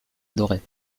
adorait